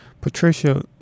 Patricia